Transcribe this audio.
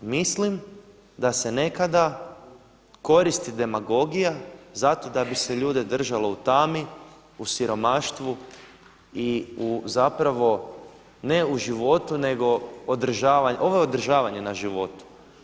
Mislim da se nekada koristi demagogija zato da bi se ljude držalo u tami, u siromaštvu i u zapravo ne u životu nego ovo je održavanje na životu.